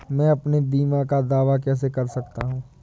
मैं अपने बीमा का दावा कैसे कर सकता हूँ?